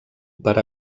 per